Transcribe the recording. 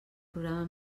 programa